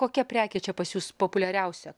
kokia prekė čia pas jus populiariausia